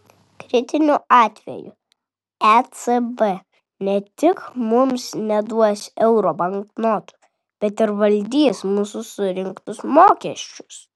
kritiniu atveju ecb ne tik mums neduos euro banknotų bet ir valdys mūsų surinktus mokesčius